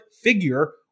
figure